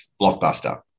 Blockbuster